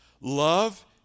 Love